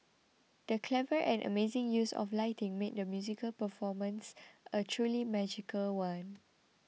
the clever and amazing use of lighting made the musical performance a truly magical one